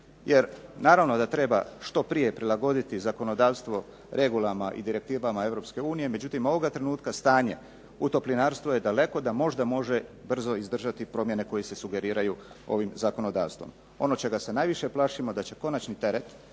Jer, naravno da treba što prije prilagoditi zakonodavstvo regulama i direktivama Europske unije, međutim ovoga trenutka stanje u toplinarstvu je daleko da možda može brzo izdržati promjene koje se sugeriraju ovim zakonodavstvom. Ono čega se najviše plašimo da će konačni teret